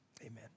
Amen